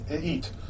eat